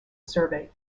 survey